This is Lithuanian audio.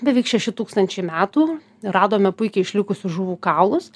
beveik šeši tūkstančiai metų radome puikiai išlikusių žuvų kaulus